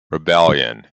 rebellion